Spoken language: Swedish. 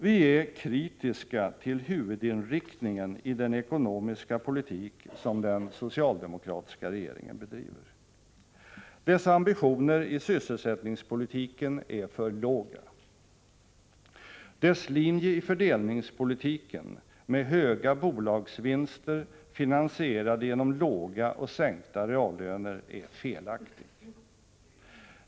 Vi är kritiska till huvudinriktningen i den ekonomiska politik som den socialdemokratiska regeringen bedriver. Dess ambitioner i sysselsättningspolitiken är för låga. Dess linje i fördelningspolitiken med höga bolagsvinster finansierade genom låga och sänkta reallöner är felaktig.